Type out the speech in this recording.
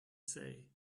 say